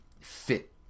fit